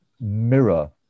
mirror